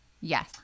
yes